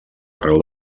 arreu